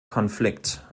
konflikt